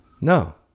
No